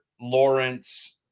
Lawrence